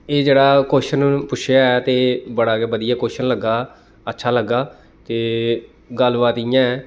एह् जेहड़ा कोशन पुच्छेआ ऐ ते एह् बड़ा गै बधिया कोशन लग्गा अच्छा लग्गा ते गल्ल बात इ'यां ऐ